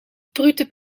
brute